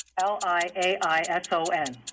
L-I-A-I-S-O-N